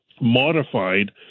modified